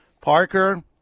parker